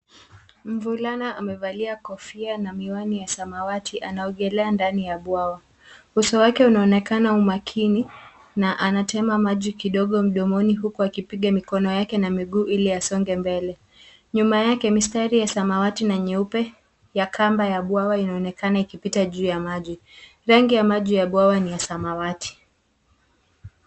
Mvulana amevalia kofia na miwani ya samawati anaogelea ndani ya bwawa. Uso wake unaonekana umakini na anatema maji kidogo mdomoni huku akipiga mikono yake na miguu ili asonge mbele. Nyuma yake mistari ya samawati na nyeupe ya kamba ya bwawa inaonekana ikipita juu ya maji. Rangi ya maji ya bwawa ni ya samawati .